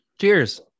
Cheers